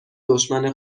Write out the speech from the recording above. دشمن